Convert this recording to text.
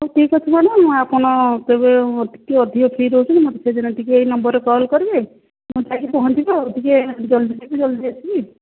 ହେଉ ଠିକ ଅଛି ନହେଲେ ମୁଁ ଆପଣ କେବେ ଟିକେ ଅଧିକ ଫ୍ରି ରହୁଛନ୍ତି ମୋତେ ସେଦିନ ଟିକେ ଏହି ନମ୍ବରରେ କଲ୍ କରିବେ ମୁଁ ଯାଇକି ପହଞ୍ଚିବି ଆଉ ଟିକେ ଜଲ୍ଦି ଯାଇକି ଜଲ୍ଦି ଆସିବି